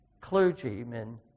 clergymen